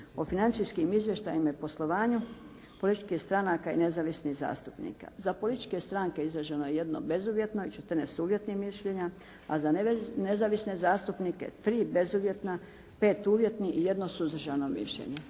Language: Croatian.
o financijskim izvještajima i poslovanju političkih stranaka i nezavisnih zastupnika. Za političke stranke izraženo je jedno bezuvjetno i 14 uvjetnih mišljenja, a za nezavisne zastupnike 3 bezuvjetna, 5 uvjetnih i 1 suzdržano mišljenje.